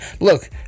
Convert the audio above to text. Look